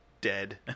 dead